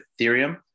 Ethereum